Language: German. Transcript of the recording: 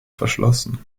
verschlossen